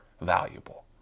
valuable